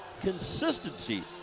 consistency